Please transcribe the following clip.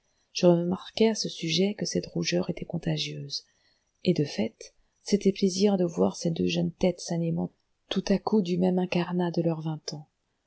je remarquai à ce sujet que cette rougeur était contagieuse et de fait c'était plaisir de voir ces deux jeunes têtes s'animant tout à coup du même incarnat de leurs vingt ans